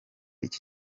iki